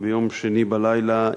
ביום שני בלילה,